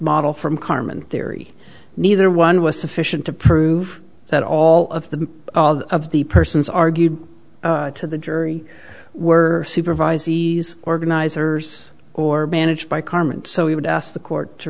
model from carmen theory neither one was sufficient to prove that all of the all of the persons argued to the jury were supervised these organizers or managed by carmen so he would ask the court to